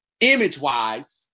image-wise